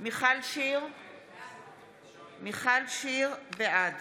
מיכל שיר סגמן, בעד